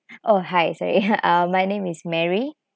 oh hi sorry uh my name is mary